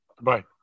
Bye